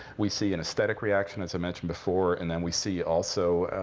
we see an aesthetic reaction, as i mentioned before. and then we see, also,